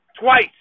Twice